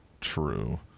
true